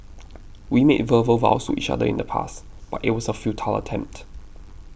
we made verbal vows to each other in the past but it was a futile attempt